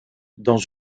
dans